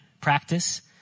practice